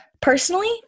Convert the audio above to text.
Personally